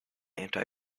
anti